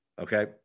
okay